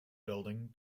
building